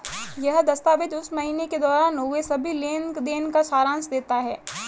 यह दस्तावेज़ उस महीने के दौरान हुए सभी लेन देन का सारांश देता है